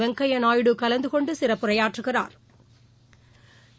Venkaiah Naidu கலந்துகொண்டுசிறப்புரையாற்றுகிறாா்